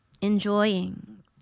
enjoying